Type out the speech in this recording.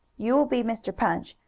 you will be mr. punch,